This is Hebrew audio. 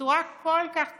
בצורה כל כך קיצונית,